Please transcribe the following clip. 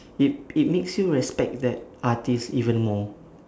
it it makes you respect that artist even more